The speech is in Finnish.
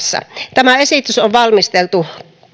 tämä esitys on valmisteltu